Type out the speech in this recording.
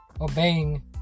Obeying